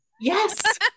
Yes